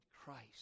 Christ